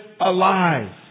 alive